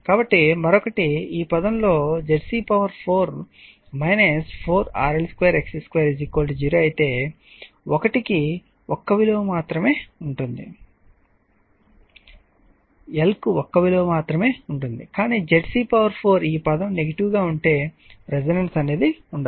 కాబట్టి మరొకటి ఈ పదంలో ZC4 4 RL 2 XC 2 0 అయితే l కు ఒక్క విలువ మాత్రమే ఉంటుంది కానీ ZC4 ఈ పదం నెగిటివ్ గా ఉంటే రెసోనెన్స్ ఉండదు